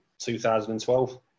2012